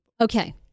Okay